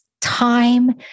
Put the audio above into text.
time